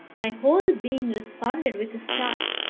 my whole being responded with a start.